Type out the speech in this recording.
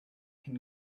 can